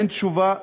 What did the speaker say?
אין תשובה?